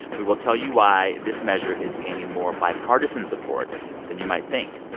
we will tell you why this measure is gaining more bipartisan support than you might think.